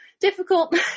difficult